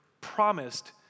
promised